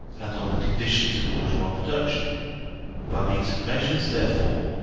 and on the conditions of bourgeois production by means of measures, therefore,